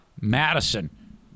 Madison